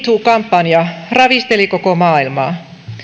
kampanja ravisteli koko maailmaa